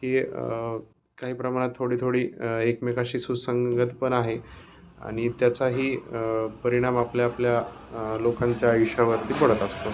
की काही प्रमाणात थोडी थोडी एकमेकांशी सुसंगत पण आहे आणि त्याचाही परिणाम आपल्या आपल्या लोकांच्या आयुष्यावरती पडत असतो